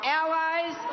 allies